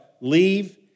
leave